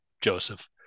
Joseph